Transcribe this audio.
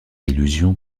illusion